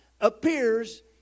appears